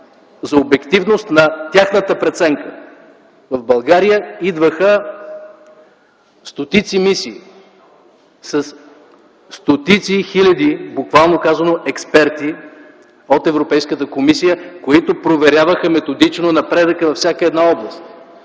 за обективност на тяхната преценка. В България идваха стотици мисии със стотици и хиляди, буквално казано, експерти от Европейската комисия, които проверяваха методично напредъкът във всяка една област.